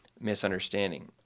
Misunderstanding